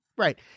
Right